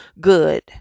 good